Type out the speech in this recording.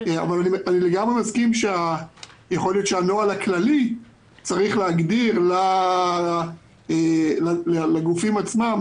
אני מסכים לגמרי שיכול להיות שהנוהל הכללי צריך להגדיר לגופים עצמם,